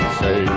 say